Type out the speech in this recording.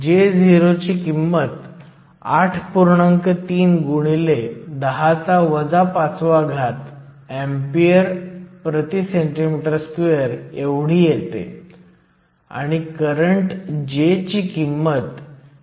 भाग a मध्ये NA आणि ND माहित आहेत ni देखील माहित आहेत म्हणजे Jso च्या ऐवजी मी थेट Iso लिहीन जे Jso पट हे क्षेत्रफळ आहे